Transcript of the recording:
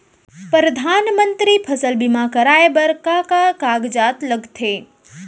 परधानमंतरी फसल बीमा कराये बर का का कागजात लगथे?